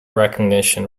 recognition